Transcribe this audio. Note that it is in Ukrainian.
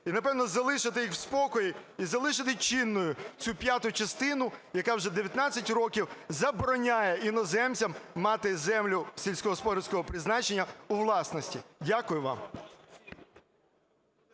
і, напевно, залишити їх в спокої, і залишити чинною цю п'яту частину, яка вже 19 років забороняє іноземцям мати землю сільськогосподарського призначення у власності. Дякую вам.